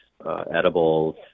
edibles